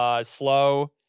slow